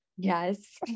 Yes